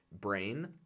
brain